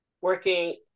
working